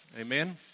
amen